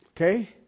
Okay